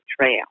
trail